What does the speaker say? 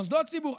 מוסדות ציבור.